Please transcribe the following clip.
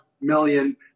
million